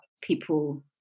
people